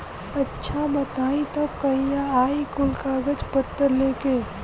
अच्छा बताई तब कहिया आई कुल कागज पतर लेके?